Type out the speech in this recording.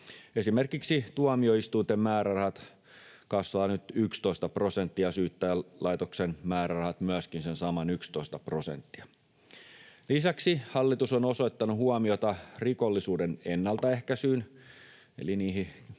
Esimerkiksi tuomioistuinten määrärahat kasvavat nyt 11 prosenttia, Syyttäjälaitoksen määrärahat myöskin sen saman 11 prosenttia. Lisäksi hallitus on osoittanut huomiota rikollisuuden ennaltaehkäisyyn eli niihin pehmeisiin